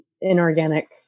inorganic